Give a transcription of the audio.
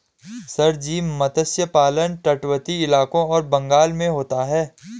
sir ji मत्स्य पालन तटवर्ती इलाकों और बंगाल में होता है